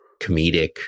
comedic